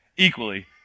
equally